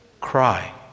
cry